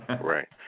Right